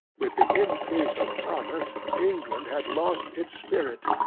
with the increase of commerce, england hath lost its spirit.